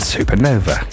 Supernova